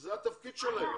שזה התפקיד שלהם.